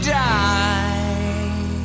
die